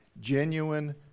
genuine